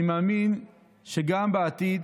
אני מאמין שגם בעתיד,